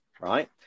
right